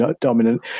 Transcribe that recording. dominant